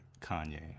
Kanye